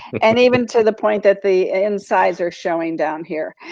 and even to the point that the insides are showing down here.